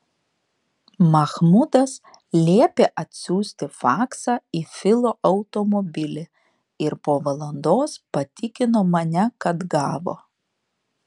mahmudas liepė atsiųsti faksą į filo automobilį ir po valandos patikino mane kad gavo